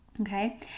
Okay